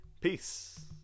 Peace